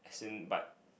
then but